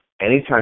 Anytime